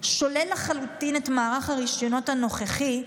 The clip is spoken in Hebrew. שולל לחלוטין את מערך הרישיונות הנוכחי,